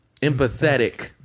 empathetic